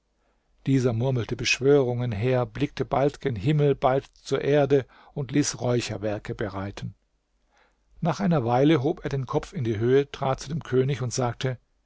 dieser murmelte beschwörungen her blickte bald gen himmel bald zur erde und ließ räucherwerke bereiten nach einer weile hob er den kopf in die höhe trat zu dem könig und sagte